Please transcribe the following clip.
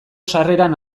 sarreran